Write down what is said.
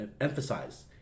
emphasize